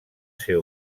ser